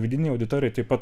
vidinei auditorijai tai pat